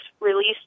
released